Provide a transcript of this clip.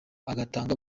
agatanga